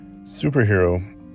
Superhero